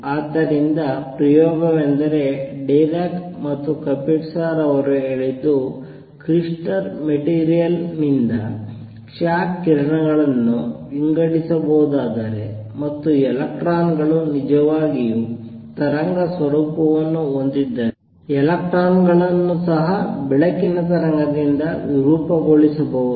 ಆದ್ದರಿಂದ ಪ್ರಯೋಗವೆಂದರೆ ಡಿರಾಕ್ ಮತ್ತು ಕಪಿಟ್ಸಾ ರವರು ಹೇಳಿದ್ದು ಕ್ರಿಸ್ಟಲ್ ಮೆಟೀರಿಯಲ್ನಿಂದ ಕ್ಷ ಕಿರಣಗಳನ್ನು ವಿಂಗಡಿಸಬಹುದಾದರೆ ಮತ್ತು ಎಲೆಕ್ಟ್ರಾನ್ ಗಳು ನಿಜವಾಗಿಯೂ ತರಂಗ ಸ್ವರೂಪವನ್ನು ಹೊಂದಿದ್ದರೆ ಎಲೆಕ್ಟ್ರಾನ್ ಗಳನ್ನು ಸಹ ಬೆಳಕಿನ ತರಂಗದಿಂದ ವಿರೂಪಗೊಳಿಸಬಹುದು